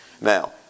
Now